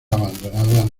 abandonadas